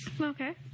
Okay